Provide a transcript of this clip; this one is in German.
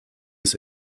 des